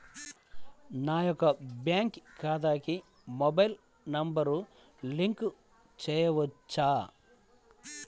నా యొక్క బ్యాంక్ ఖాతాకి మొబైల్ నంబర్ లింక్ చేయవచ్చా?